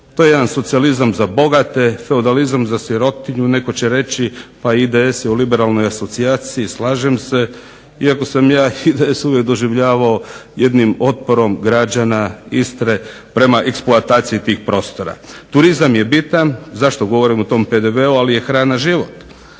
to je jedan socijalizam za bogate, feudalizam za sirotinju. Netko će reći pa IDS je u liberalnoj asocijaciji, slažem se. Iako sam ja IDS uvijek doživljavao jednim otporom građana Istre prema eksploataciji tih prostora. Turizam je bitan. Zašto govorim o tom PDV ali je hrana život.